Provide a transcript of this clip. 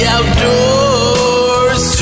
Outdoors